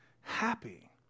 happy